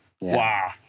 Wow